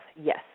Yes